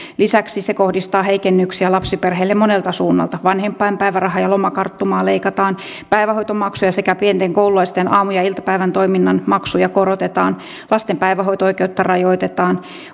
lisäksi se kohdistaa heikennyksiä lapsiperheille monelta suunnalta vanhempainpäivärahaa ja lomakarttumaa leikataan päivähoitomaksuja sekä pienten koululaisten aamu ja iltapäivätoiminnan maksuja korotetaan lasten päivähoito oikeutta rajoitetaan